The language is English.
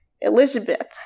Elizabeth